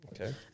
Okay